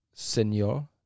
Senor